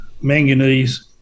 manganese